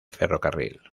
ferrocarril